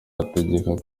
ategeka